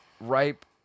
Ripe